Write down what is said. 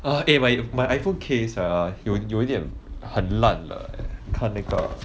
err eh my my iphone case ah 有一点很烂了 eh 看那个